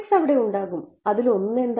അവിടെ ഉണ്ടാകും അതിൽ ഒന്ന് ഏതാണ്